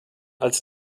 als